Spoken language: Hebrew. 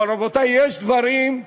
אבל, רבותי, יש דברים,